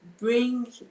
bring